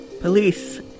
police